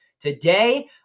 today